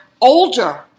older